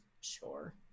Sure